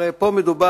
הרי פה מדובר